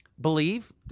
believe